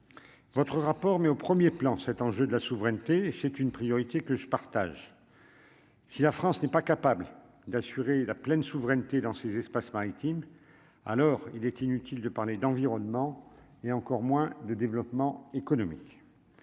Votre rapport met au 1er plan cet enjeu de la souveraineté et c'est une priorité que je partage. Si la France n'est pas capable d'assurer la pleine souveraineté dans ces espaces maritimes alors il est inutile de parler d'environnement, et encore moins de développement économique,